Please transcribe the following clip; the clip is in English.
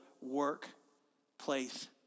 workplace